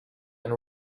and